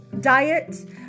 diet